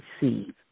receive